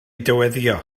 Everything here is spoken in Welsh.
dyweddïo